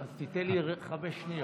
אז תיתן לי חמש שניות.